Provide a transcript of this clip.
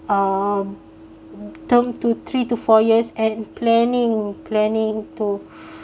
um term to three to four years and planning planning to